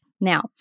Now